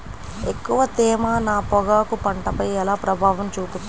ఎక్కువ తేమ నా పొగాకు పంటపై ఎలా ప్రభావం చూపుతుంది?